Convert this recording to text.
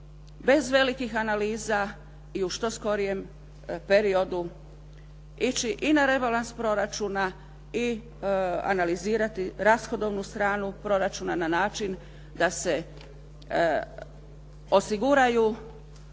bez velikih analiza i u što skorijem periodu, ići i na rebalans proračuna i analizirati rashodovnu stranu proračuna na način da se osiguraju